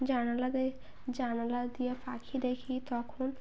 জানালাতে জানালা দিয়ে পাখি দেখি তখন